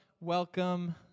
welcome